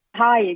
Hi